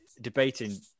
debating